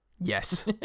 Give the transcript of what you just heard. Yes